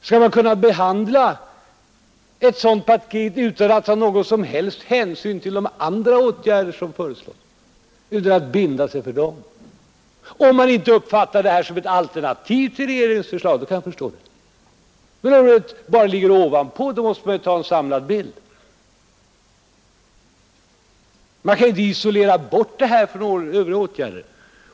Att man kan behandla ett sådant paket utan att ta någon som helst hänsyn till de andra åtgärder som föreslås och utan att binda sig för dem, kan jag förstå om man uppfattar det som ett alternativ till regeringsförslaget, men om det bara ligger ovanpå, måste man ju ha en samlad bild. Man kan inte isolera det förslaget från övriga åtgärder.